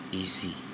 easy